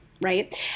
right